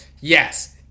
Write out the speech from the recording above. Yes